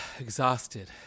Exhausted